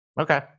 Okay